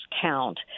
count